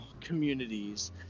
communities